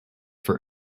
for